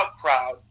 crowd